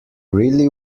really